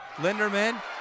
Linderman